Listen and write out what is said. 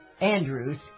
Andrews